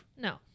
No